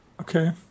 okay